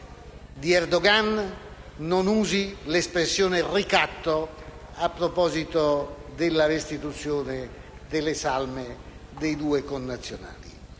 Erdogan, non usi tale espressione a proposito della restituzione delle salme dei due connazionali.